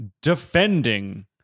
defending